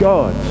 God